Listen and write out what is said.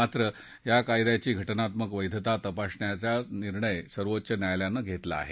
मात्र या कायद्याची घटनात्मक वैधता तपासण्याचा निर्णय सर्वोच्च न्यायालयानं घेतला आहे